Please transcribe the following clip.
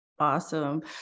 Awesome